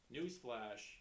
Newsflash